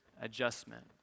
adjustment